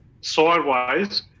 sideways